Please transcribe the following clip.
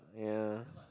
ya